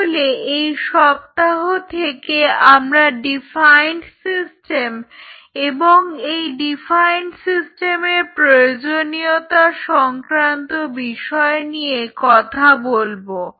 তাহলে এই সপ্তাহ থেকে আমরা ডিফাইন্ড সিস্টেম এবং এই ডিফাইন্ড সিস্টেমের প্রয়োজনীয়তা সংক্রান্ত বিষয় নিয়ে কথা বলবো